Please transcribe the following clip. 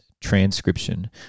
transcription